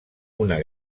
una